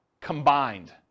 combined